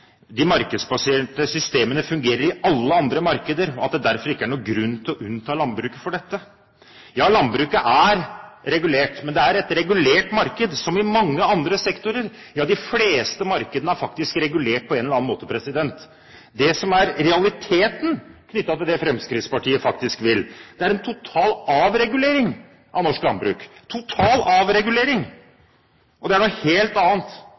de «vil påpeke at markedsbaserte systemer fungerer i alle andre markeder og at det derfor ikke er noen grunn til å unnta landbruket fra dette». Ja, landbruket er regulert, men det er et regulert marked som i mange andre sektorer. De fleste markedene er faktisk regulert på en eller annen måte. Det som er realiteten knyttet til det som Fremskrittspartiet faktisk vil, er en total avregulering av norsk landbruk – total avregulering! Og det er noe helt annet